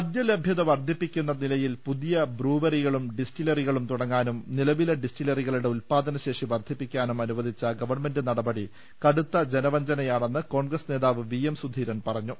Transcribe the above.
മദ്യലഭ്യത വർധിപ്പിക്കുന്ന നിലയിൽ പുതിയ ബ്രൂവറികളും ഡിസ്റ്റിലറികളും തുടങ്ങാനും നിലവിലെ ഡിസ്റ്റിലറികളുടെ ഉത്പാദനശേഷി വർധിപ്പിക്കാനും അനുവദിച്ച ഗവൺമെന്റ് നടപടി കടുത്ത ജനവഞ്ചന യാണെന്ന് കോൺഗ്രസ് നേതാവ് വിഎം സുധീരൻ പറഞ്ഞു